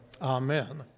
Amen